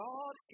God